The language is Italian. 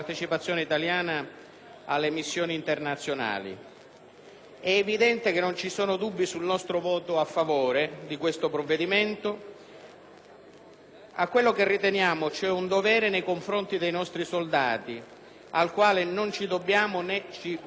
alle missioni internazionali. È evidente che non ci sono dubbi sul nostro voto a favore di questo provvedimento, di quello che riteniamo cioè un dovere nei confronti dei nostri soldati, al quale non ci dobbiamo, né ci vogliamo, sottrarre.